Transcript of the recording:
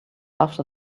after